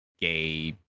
gay